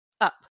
up